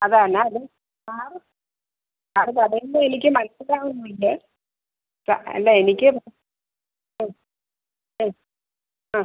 അതാണ് അത് sir sir പറയുന്നത് എനിക്ക് മനസ്സിലാവുന്നുണ്ട് സാ അല്ല എനിക്ക് ആ